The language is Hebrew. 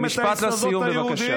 משפט לסיום, בבקשה.